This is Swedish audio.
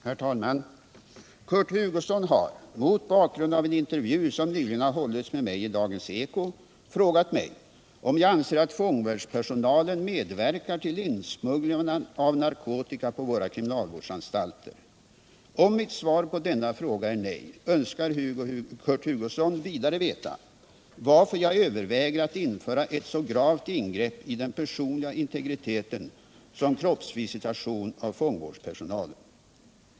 Herr talman! Kurt Hugosson har, mot bakgrund av en intervju som nyligen har gjorts med mig i Dagens eko, frågat mig om jag anser att fångvårdspersonalen medverkar till insmuggling av narkotika på våra kriminalvårdsanstalter. Om mitt svar på denna fråga är nej, önskar Kurt Hugosson vidare veta varför jag överväger att införa ett så gravt ingrepp i den personliga integriteten som kroppsvisitation av fångvårdspersonalen.